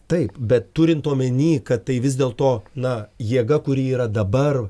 taip bet turint omeny kad tai vis dėl to na jėga kuri yra dabar